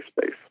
space